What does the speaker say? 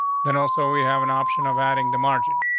then. also, we have an option of adding the margin.